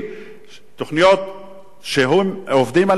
תוכניות שעובדים עליהן אבל לא סיימו